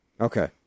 Okay